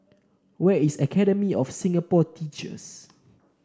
where is Academy of Singapore Teachers